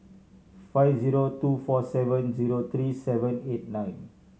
five zero two four seven zero three seven eight nine